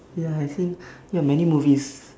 ya I think ya many movies